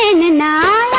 and now.